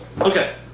okay